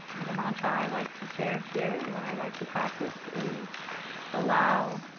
mantra i like to share here and that i like to practice is allow,